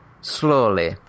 slowly